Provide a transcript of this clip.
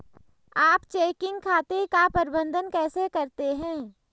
आप चेकिंग खाते का प्रबंधन कैसे करते हैं?